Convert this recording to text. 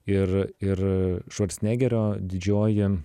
ir ir švarcnegerio didžioji